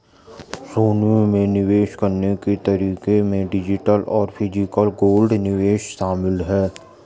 सोना में निवेश करने के तरीके में डिजिटल और फिजिकल गोल्ड निवेश शामिल है